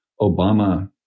Obama